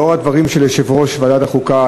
לאור הדברים של יו"ר ועדת החוקה,